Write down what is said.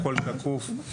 הכל שקוף,